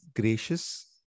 gracious